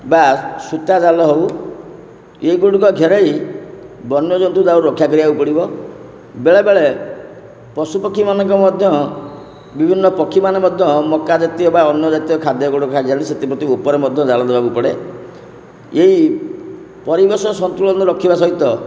ବା ସୂତାଜାଲ ହଉ ଏଗୁଡ଼ିକ ଘେରେଇ ବନ୍ୟଜନ୍ତୁ ଦାଉରୁ ରକ୍ଷା କରିବାକୁ ପଡ଼ିବ ବେଳେବେଳେ ପଶୁପକ୍ଷୀମାନଙ୍କ ମଧ୍ୟ ବିଭିନ୍ନ ପକ୍ଷୀମାନେ ମଧ୍ୟ ମକା ଜାତୀୟ ବା ଅନ୍ୟ ଜାତୀୟ ଖାଦ୍ୟଗୁଡ଼ିକ ଖାଇଯାନ୍ତି ସେଥିପ୍ରତି ଓପରେ ମଧ୍ୟ ଧ୍ୟାନ ଦେବାକୁ ପଡ଼େ ଏଇ ପରିବେଶ ସନ୍ତୁଳନ ରଖିବା ସହିତ